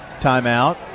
Timeout